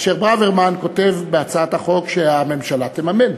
כאשר ברוורמן כותב בהצעת החוק שהממשלה תממן,